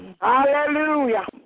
Hallelujah